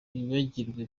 bibagirwa